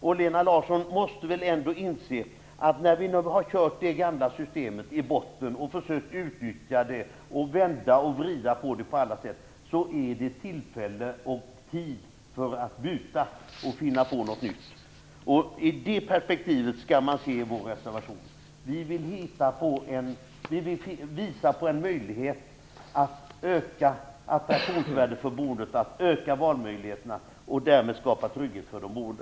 Lena Larsson måste väl inse att det nu - när vi har kört det gamla systemet i botten och på alla sätt försökt utnyttja, vända och vrida på det - är tid att finna något nytt. Det är i det perspektivet som man skall se vår reservation. Vi vill visa på en möjlighet att öka attraktionsvärdet på boendet, och vi vill öka valmöjligheterna och därmed skapa trygghet för de boende.